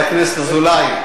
חבר הכנסת אזולאי,